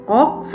ox